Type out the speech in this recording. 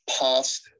past